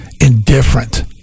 indifferent